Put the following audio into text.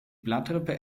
blattrippe